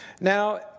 Now